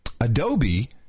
Adobe